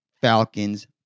Falcons